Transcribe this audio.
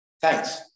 Thanks